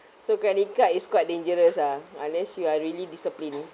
so credit card is quite dangerous ah unless you are really discipline